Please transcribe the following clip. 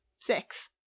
Six